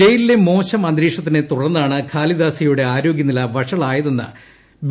ജയിലിലെ മോശം അന്തരീക്ഷത്തിനെ തുടർന്നാണ് ഖാലിദാസിയയുടെ ആരോഗൃനില വഷളായതെന്ന് ബി